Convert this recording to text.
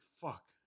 Fuck